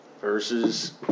versus